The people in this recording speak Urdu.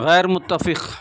غیرمتفق